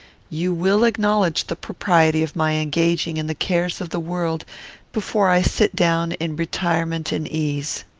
you will acknowledge the propriety of my engaging in the cares of the world before i sit down in retirement and ease.